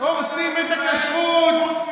הורסים את הכשרות,